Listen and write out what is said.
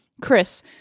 Chris